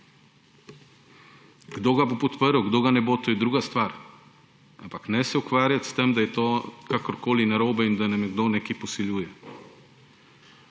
Kdo ga bo podprl, kdo ga ne bo, to je druga stvar. Ampak ne se ukvarjati s tem, da je to kakorkoli narobe in da nam nekdo nekaj posiljuje.